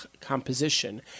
composition